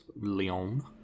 Leon